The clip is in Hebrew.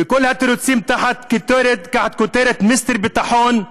וכל התירוצים תחת כותרת "מיסטר ביטחון"